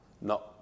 No